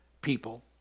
people